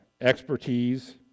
expertise